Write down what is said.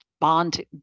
bond